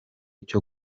cyo